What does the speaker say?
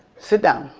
sit down,